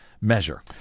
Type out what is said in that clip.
measure